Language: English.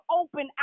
open